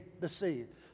deceived